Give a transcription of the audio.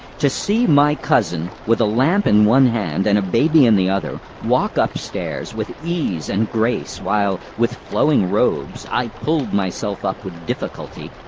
to see my cousin with a lamp in one hand and a baby in the other, walk upstairs, with ease and grace while, with flowing robes, i pulled myself up with difficulty,